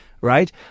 Right